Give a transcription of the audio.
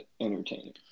entertaining